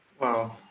Wow